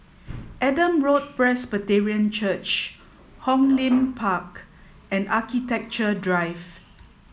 Adam Road Presbyterian Church Hong Lim Park and Architecture Drive